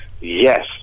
yes